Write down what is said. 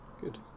good